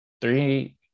three